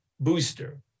booster